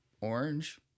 orange